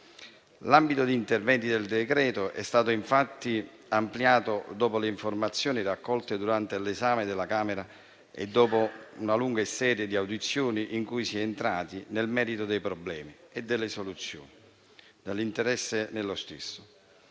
L'ambito degli interventi del decreto-legge è stato, infatti, ampliato dopo le informazioni raccolte durante l'esame da parte della Camera e dopo una lunga serie di audizioni in cui si è entrati nel merito dei problemi e delle soluzioni. In effetti, diversi